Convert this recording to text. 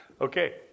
Okay